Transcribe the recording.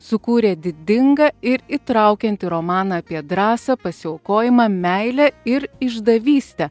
sukūrė didingą ir įtraukiantį romaną apie drąsą pasiaukojimą meilę ir išdavystę